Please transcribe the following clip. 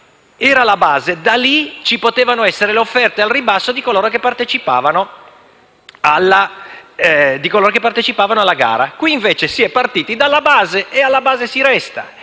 anni. Da lì potevano esserci le offerte al ribasso di coloro che partecipavano alla gara. Qui, invece, si è partiti dalla base e alla base si resta.